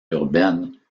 urbaine